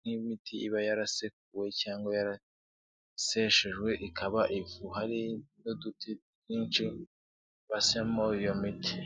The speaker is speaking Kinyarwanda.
nk'imiti iba yarasekuwe cyangwa yaraseshejwe ikaba ivu hari n'uduti twinshi basyamo iyo miti.